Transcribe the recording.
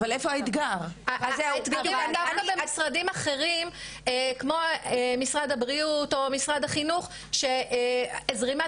המשרדים האחרים כמו משרד הבריאות או משרד החינוך שזרימת